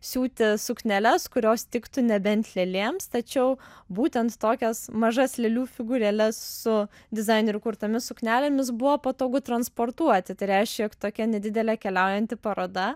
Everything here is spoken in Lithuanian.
siūti sukneles kurios tiktų nebent lėlėms tačiau būtent tokias mažas lėlių figūrėles su dizainerių kurtomis suknelėmis buvo patogu transportuoti tai reiškia jog tokia nedidelė keliaujanti paroda